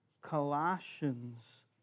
Colossians